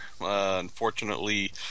Unfortunately